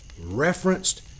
referenced